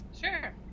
sure